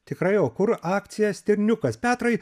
tikrai o kur akcija stirniukas petrai